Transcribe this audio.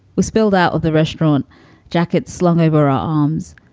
we spilled out of the restaurant jacket slung over our arms,